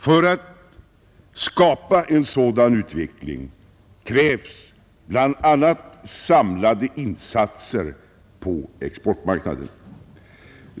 För att skapa en sådan utveckling krävs bl.a. samlade insatser på exportmarknaden.